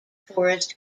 forest